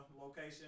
location